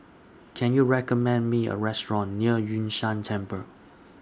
Can YOU recommend Me A Restaurant near Yun Shan Temple